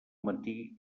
matí